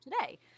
today